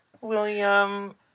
William